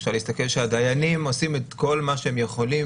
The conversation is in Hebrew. אפשר להסתכל על כך שהדיינים עושים את כל מה שהם יכולים